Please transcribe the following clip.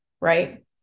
right